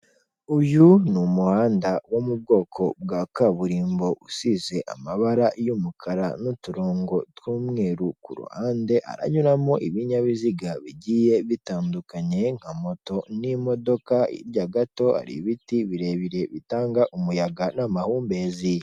Uyu ni umuhanda wo mu bwoko bwa kaburimbo usize amabara y'umukara n'uturongo tw'umweru ku ruhande, haranyuramo ibinyabiziga bigiye bitandukanye nka moto n'imodoka, hirya gato hari ibiti birebire bitanga umuyaga n'amahumbezi.